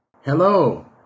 Hello